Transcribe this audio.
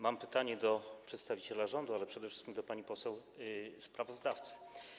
Mam pytanie do przedstawiciela rządu, ale przede wszystkim do pani poseł sprawozdawcy.